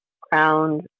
crowned